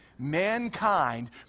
Mankind